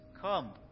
Come